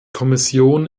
kommission